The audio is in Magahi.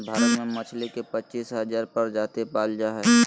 भारत में मछली के पच्चीस हजार प्रजाति पाल जा हइ